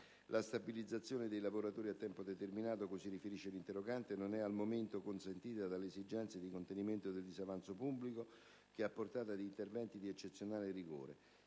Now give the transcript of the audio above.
La stabilizzazione dei lavoratori a tempo determinato, cui si riferisce l'interrogante, non è al momento consentita dalle esigenze di contenimento del disavanzo pubblico, che ha portato ad interventi di eccezionale rigore.